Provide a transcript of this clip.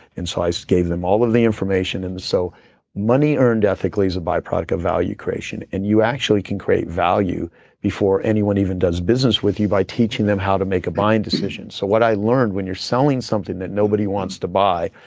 and so i just so gave them all of the information and so money earned ethically is a byproduct of value creation. and you actually can create value before anyone even does business with you by teaching them how to make a buying decision. so what i learned when you're selling something that nobody wants to buy,